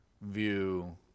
view